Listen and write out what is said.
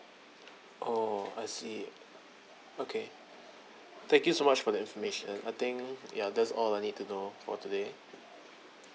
oh I see okay thank you so much for the information I think ya that's all I need to know for today